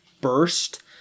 burst